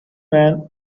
man